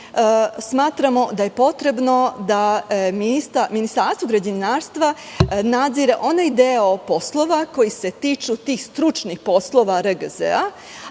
Smatramo da je potrebno da Ministarstvo građevinarstva nadzire onaj deo poslova koji se tiče tih stručnih poslova RGZ,